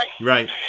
Right